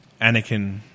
Anakin